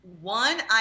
one